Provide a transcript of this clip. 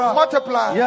multiply